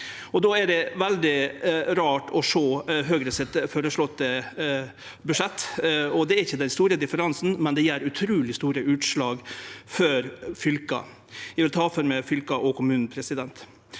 Då er det veldig rart å sjå Høgre sitt føreslåtte budsjett. Det er ikkje den store differansen, men det gjev utruleg store utslag for fylka. Eg vil ta for meg fylka og kommunane.